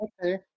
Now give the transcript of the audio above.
Okay